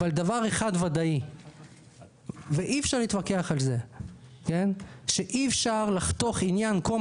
אבל דבר אחד ודאי ואי אפשר להתווכח על זה אי אפשר לחתוך עניין כה